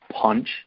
punch